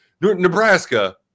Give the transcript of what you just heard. Nebraska